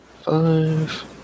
five